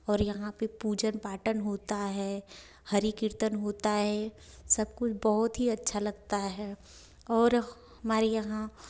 और यहाँ पे पूजन पाठन होता है हरि कीर्तन होता है सब कुछ बहुत ही अच्छा लगता है और हमारे यहाँ